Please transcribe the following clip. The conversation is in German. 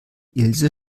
ilse